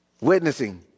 witnessing